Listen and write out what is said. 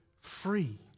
free